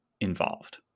involved